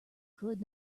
could